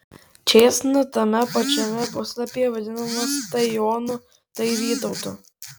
čėsna tame pačiame puslapyje vadinamas tai jonu tai vytautu